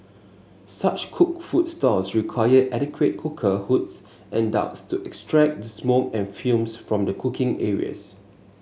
such cooked food stalls require adequate cooker hoods and ducts to extract the smoke and fumes from the cooking areas